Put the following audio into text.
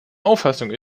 auffassung